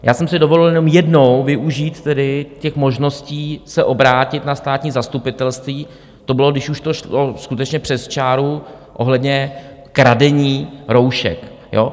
Já jsem si dovolil jenom jednou využít tedy těch možností se obrátit na státní zastupitelství, to bylo, když už to šlo skutečně přes čáru, ohledně kradení roušek.